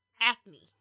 Acne